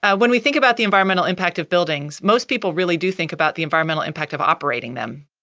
ah when we think about the environmental impact of buildings, most people really do think about the environmental impact of operating them.